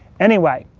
anyway,